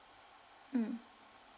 mm